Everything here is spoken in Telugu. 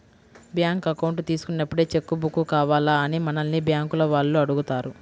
బ్యేంకు అకౌంట్ తీసుకున్నప్పుడే చెక్కు బుక్కు కావాలా అని మనల్ని బ్యేంకుల వాళ్ళు అడుగుతారు